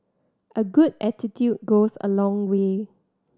a good attitude goes a long way